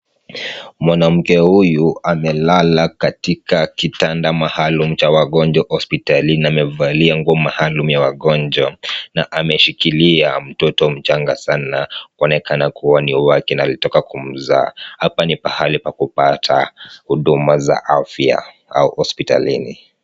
Mwanamke huyu amelala katika kitanda maalum cha wagonjwa hospitalini na amevalia nguo maalum ya wagonjwa na ameshikilia mtoto mchanga sana. Kuonekana kuwa ni wake na ametoka kumzaa. Hapa ni pahali pa kupata huduma za afya au hospitalini.